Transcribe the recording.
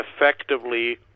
effectively